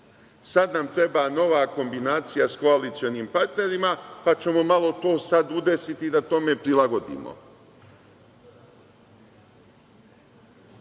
Sad nam treba nova kombinacija s koalicionim partnerima, pa ćemo malo to sad udesiti da tome prilagodimo.